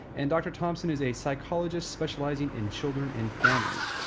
and dr. thompson is a psychologist specializing in children and families.